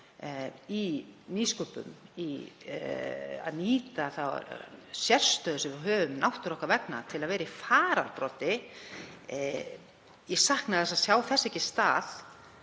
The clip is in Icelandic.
í nýsköpun, að nýta þá sérstöðu sem við höfum vegna náttúru okkar til að vera í fararbroddi. Ég sakna þess að sjá þess ekki stað